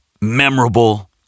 Memorable